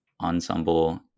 ensemble